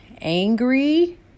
angry